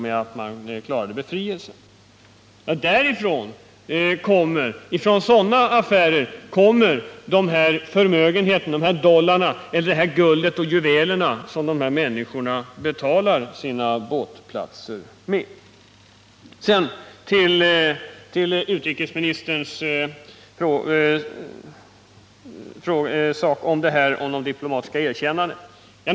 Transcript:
Det är ifrån sådana affärer som dessa människor fått de dollar, det guld eller de juveler som de betalar sina båtplatser med. Jag övergår sedan till vad utrikesministern sade om det diplomatiska erkännandet.